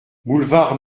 boulevard